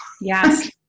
Yes